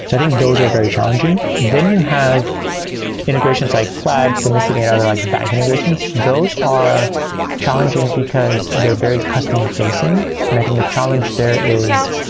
i think those are very challenging. then you have integrations, like plaid, finicity and other like bank integrations. those are challenging because they are very customer-facing. and i think the challenge there is,